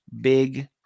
big